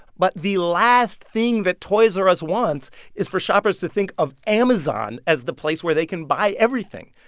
but the last thing that toys r us wants is for shoppers to think of amazon as the place where they can buy everything.